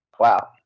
Wow